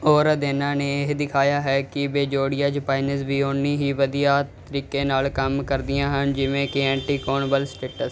ਹੋਰ ਅਧਿਐਨਾਂ ਨੇ ਇਹ ਦਿਖਾਇਆ ਹੈ ਕਿ ਬੈਜੋਡਿਆਜ਼ੇਪਾਈਨਜ਼ ਵੀ ਓਨੀ ਹੀ ਵਧੀਆ ਤਰੀਕੇ ਨਾਲ ਕੰਮ ਕਰਦੀਆਂ ਹਨ ਜਿਵੇਂ ਕਿ ਐਂਟੀਕੌਨਵਲਸਟੇਸ